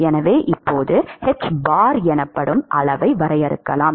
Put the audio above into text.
எனவே இப்போது எனப்படும் அளவை வரையறுக்கலாம்